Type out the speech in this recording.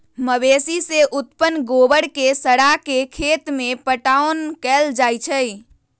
मवेशी से उत्पन्न गोबर के सड़ा के खेत में पटाओन कएल जाइ छइ